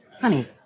Honey